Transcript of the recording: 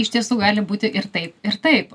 iš tiesų gali būti ir taip ir taip